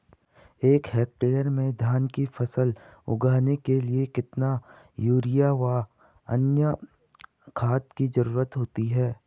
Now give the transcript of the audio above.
एक हेक्टेयर में धान की फसल उगाने के लिए कितना यूरिया व अन्य खाद की जरूरत होती है?